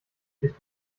sich